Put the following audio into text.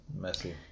messy